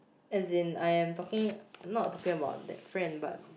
as in I am talking not talking about that friend but